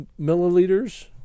milliliters